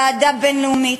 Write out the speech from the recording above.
ועדה בין-לאומית,